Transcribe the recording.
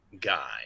guy